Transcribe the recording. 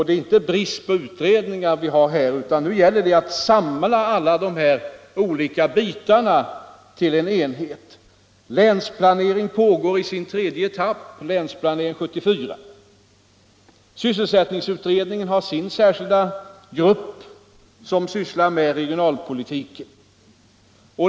Det är inte brist på utredningar. Nu gäller det att samla de olika bitarna till en enhet. Länsplaneringen pågår i tredje etappen — Länsplanering 74. Sysselsättningsutredningen har sin särskilda grupp som sysslar med regionalpolitiken.